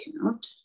account